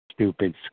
Stupid